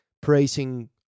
praising